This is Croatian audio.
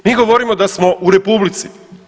Mi govorimo da smo u republici.